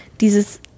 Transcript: dieses